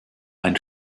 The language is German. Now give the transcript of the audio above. ein